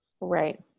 right